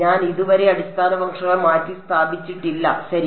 ഞാൻ ഇതുവരെ അടിസ്ഥാന ഫംഗ്ഷനുകൾ മാറ്റിസ്ഥാപിച്ചിട്ടില്ല ശരി